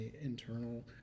internal